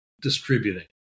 distributing